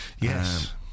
Yes